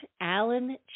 Alan